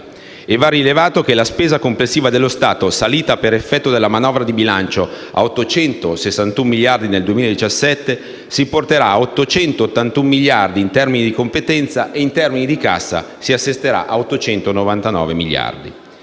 inoltre, che la spesa complessiva dello Stato, salita per effetto della manovra di bilancio a 861 miliardi nel 2017, si porterà a 881 miliardi in termini di competenza e, in termini di cassa, si attesterà a 899 miliardi: